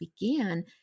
began